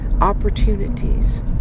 opportunities